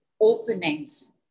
openings